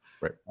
Right